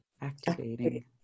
activating